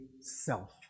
self